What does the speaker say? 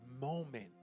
moment